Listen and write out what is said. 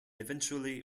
eventually